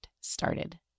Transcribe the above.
started